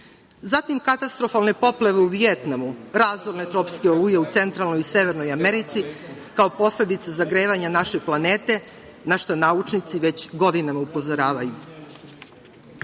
zatim katastrofalne poplave u Vijetnamu, razorne tropske oluje u Centralnoj i Severnoj Americi, kao posledica zagrevanja naše planete na šta naučnici već godinama upozoravaju.